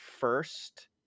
first